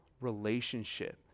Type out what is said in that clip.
relationship